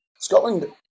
Scotland